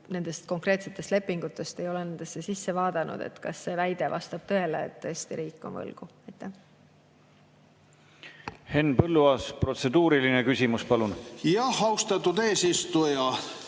nendest konkreetsetest lepingutest, ei ole nendesse sisse vaadanud, kas see väide vastab tõele, et Eesti riik on võlgu. Aitäh!